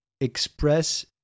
express